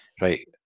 Right